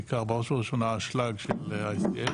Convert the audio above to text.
בעיקר בראש ובראשונה אשלג של ICL